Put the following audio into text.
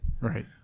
Right